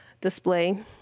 display